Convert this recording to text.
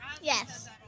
Yes